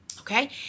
okay